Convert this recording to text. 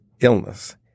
illness